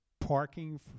parking